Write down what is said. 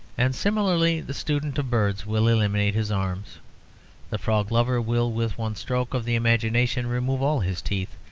and similarly the student of birds will eliminate his arms the frog-lover will with one stroke of the imagination remove all his teeth,